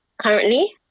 currently